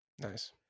Nice